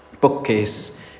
bookcase